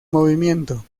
movimiento